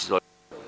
Izvolite.